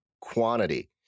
quantity